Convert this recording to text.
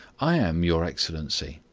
i am, your excellency,